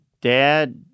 dad